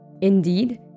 indeed